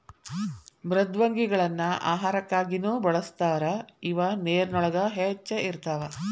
ಮೃದ್ವಂಗಿಗಳನ್ನ ಆಹಾರಕ್ಕಾಗಿನು ಬಳಸ್ತಾರ ಇವ ನೇರಿನೊಳಗ ಹೆಚ್ಚ ಇರತಾವ